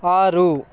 ಆರು